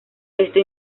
esto